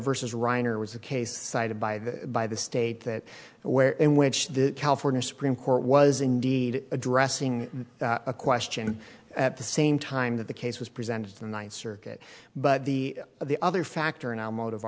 versus reiner was a case cited by the by the state that where in which the california supreme court was indeed addressing a question at the same time that the case was presented to the ninth circuit but the the other factor in our motive